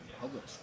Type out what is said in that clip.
public